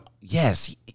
Yes